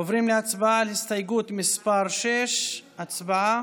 עוברים להצבעה על הסתייגות מס' 6. הצבעה.